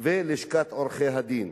ולשכת עורכי-הדין.